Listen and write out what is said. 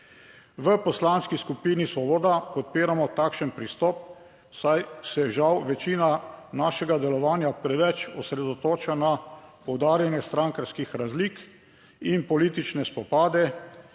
V Poslanski skupini Svoboda podpiramo takšen pristop, saj se, žal, večina našega delovanja preveč osredotoča na poudarjanje strankarskih razlik in politične spopade,